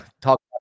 talk